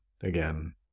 again